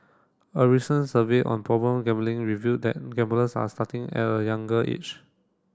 a recent survey on problem gambling revealed that gamblers are starting at a younger age